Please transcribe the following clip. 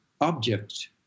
object